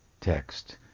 text